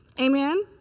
Amen